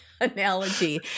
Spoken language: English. analogy